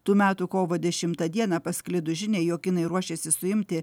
tų metų kovo dešimtą dieną pasklidus žiniai jog kinai ruošiasi suimti